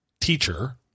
teacher